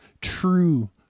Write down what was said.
true